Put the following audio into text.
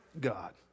God